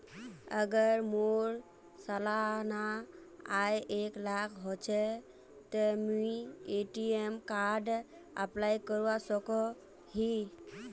अगर मोर सालाना आय एक लाख होचे ते मुई ए.टी.एम कार्ड अप्लाई करवा सकोहो ही?